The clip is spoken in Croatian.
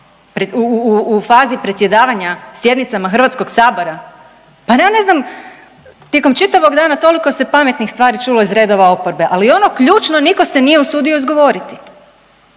u fazi predsjedavanja sjednicama Hrvatskoga sabora? Pa ja ne znam, tijekom čitavog dana toliko se pametnih stvari čulo iz redova oporbe, ali ono ključno nitko se nije usudio izgovoriti.